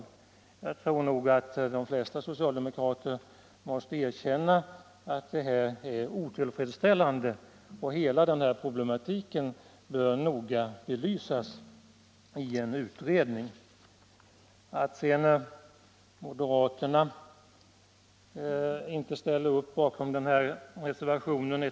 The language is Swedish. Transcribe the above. Jag tror att de flesta socialdemokrater måste erkänna att detta är otillfredsställande. Hela denna problematik bör belysas i en utredning. Sedan tycker jag inte att det är överraskande att moderaterna inte har ställt upp bakom denna reservation.